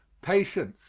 patience